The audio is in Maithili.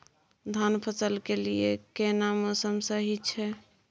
धान फसल के लिये केना मौसम सही छै?